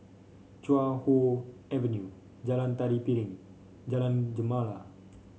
Chuan Hoe Avenue Jalan Tari Piring Jalan Gemala